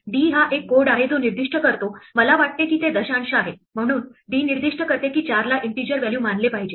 d हा एक code आहे जो निर्दिष्ट करतो मला वाटते की ते दशांश आहे म्हणून d निर्दिष्ट करते की 4 ला इन्टिजर व्हॅल्यू मानले पाहिजे